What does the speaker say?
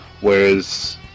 Whereas